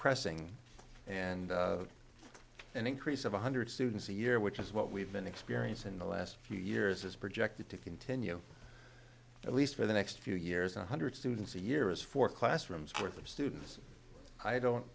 pressing and an increase of one hundred students a year which is what we've been experiencing in the last few years is projected to continue at least for the next few years one hundred students a year is four classrooms worth of students i don't